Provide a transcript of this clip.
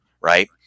Right